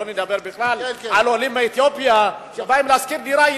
שלא לדבר בכלל על עולים מאתיופיה שבאים לשכור דירה,